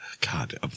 God